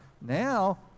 now